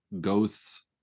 Ghosts